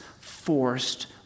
forced